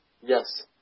Yes